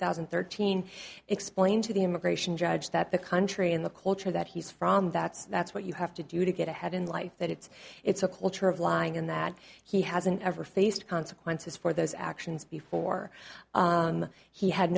thousand and thirteen explained to the immigration judge that the country and the culture that he's from that's that's what you have to do to get ahead in life that it's it's a culture of lying and that he hasn't ever faced consequences for those actions before he had